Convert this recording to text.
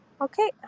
Okay